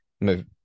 move